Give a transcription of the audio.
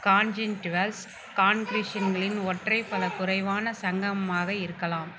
conjunctival கான்க்ரீஷன்களின் ஒற்றை பல குறைவான சங்கம்மாக இருக்கலாம்